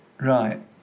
right